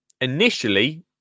initially